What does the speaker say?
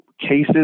cases